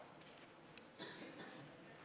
היושבת-ראש,